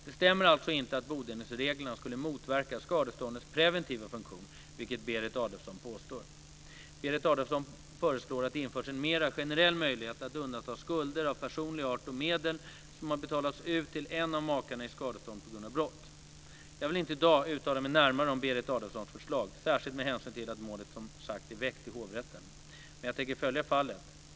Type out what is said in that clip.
Det stämmer alltså inte att bodelningsreglerna skulle motverka skadeståndets preventiva funktion, vilket Berit Adolfsson föreslår att det införs en mera generell möjlighet att undanta skulder av personlig art och medel som har betalats ut till en av makarna i skadestånd på grund av brott. Jag vill inte i dag uttala mig närmare om Berit Adolfssons förslag, särskilt med hänsyn till att målet som sagt är väckt i hovrätten. Men jag tänker följa fallet.